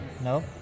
no